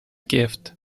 gift